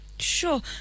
Sure